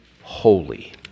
holy